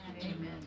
Amen